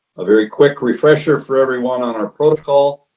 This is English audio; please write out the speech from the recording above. a very quick refresher for everyone on our protocol,